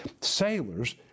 Sailors